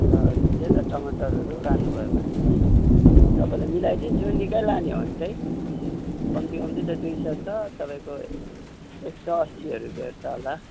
र हजुर टमाटरहरू लानुभयो भने पनि तपाईँलाई मिलाइदिन्छु निक्कै लाने हो भने चाहिँ कम्ती कम्ती त दुई सय छ तपाईँको एक सय अस्सी रुपियाँहरू भेट्छ होला